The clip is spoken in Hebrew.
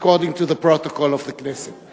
according to the protocol of the Knesset.